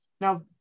Now